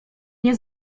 nie